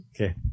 Okay